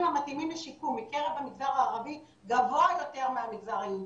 המתאימים לשיקום מקרב המגזר הערבי גבוה יותר מהמגזר היהודי.